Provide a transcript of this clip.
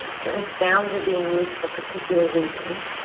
certain sounds are being used for particular reasons.